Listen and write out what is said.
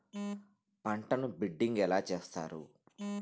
పంటను బిడ్డింగ్ ఎలా చేస్తారు?